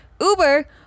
Uber